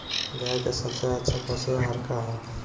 गाय के सबसे अच्छा पशु आहार का ह?